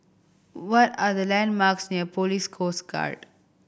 what are the landmarks near Police Coast Guard